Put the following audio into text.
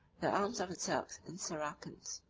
the arms of the turks and saracens.